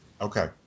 Okay